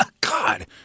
God